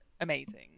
amazing